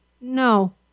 no